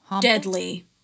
deadly